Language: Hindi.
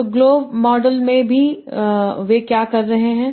तो ग्लोव मॉडल में वे क्या कह रहे हैं